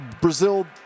brazil